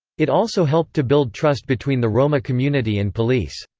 it also helped to build trust between the roma community and police.